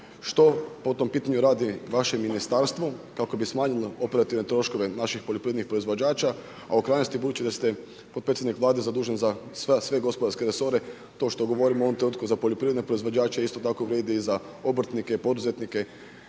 Što po tom pitanju radi vaše ministarstvo kako bi smanjilo operativne troškove naših poljoprivrednih proizvođača? A u krajnosti budući da ste potpredsjednik Vlade zadužen za sve gospodarske resore, to što govorim u ovom trenutku za poljoprivredne proizvođače isto tako vrijedi i za obrtnike i poduzetnike.